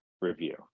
review